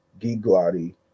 Giglotti